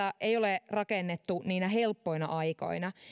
ei ole rakennettu niinä helppoina aikoina